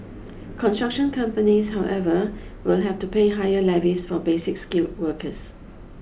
construction companies however will have to pay higher levies for basic skilled workers